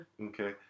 Okay